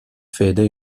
fede